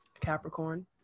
Capricorn